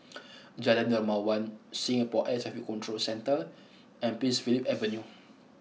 Jalan Dermawan Singapore Air Traffic Control Centre and Prince Philip Avenue